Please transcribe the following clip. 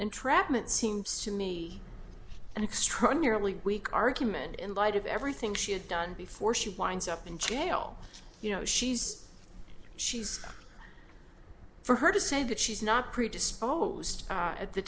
entrapment seems to me and extraordinarily weak argument in light of everything she had done before she winds up in jail you know she's she's for her to say that she's not predisposed at the